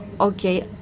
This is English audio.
Okay